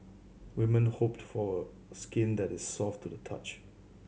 women hope for skin that is soft to the touch